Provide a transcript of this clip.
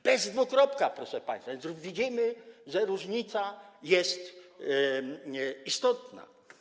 Bez dwukropka, proszę państwa, więc widzimy, że różnica jest istotna.